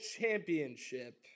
championship